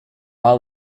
all